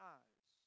eyes